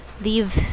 leave